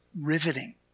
riveting